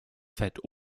fett